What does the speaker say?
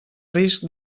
risc